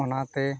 ᱚᱱᱟᱛᱮ